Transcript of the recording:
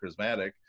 charismatic